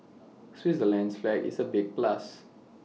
Switzerland's flag is A big plus